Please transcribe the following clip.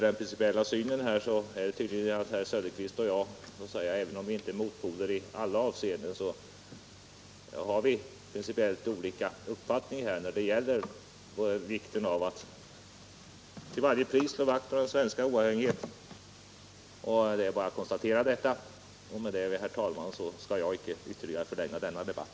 Jag kan bara notera att herr Söderqvist och jag — även om vi inte är motpoler i alla avseenden — tydligen har principiellt olika uppfattningar när det gäller vikten av att till varje pris slå vakt om den svenska oavhängigheten. Det är bara att konstatera detta, och efter det, herr talman, skall jag icke ytterligare förlänga denna debatt.